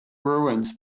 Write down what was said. ruins